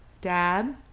Dad